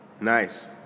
Nice